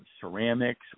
ceramics